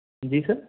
जी sir